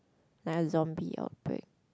like a zombie outbreak